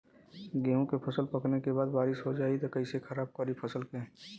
गेहूँ के फसल पकने के बाद बारिश हो जाई त कइसे खराब करी फसल के?